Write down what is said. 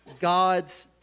God's